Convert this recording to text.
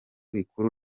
rikuru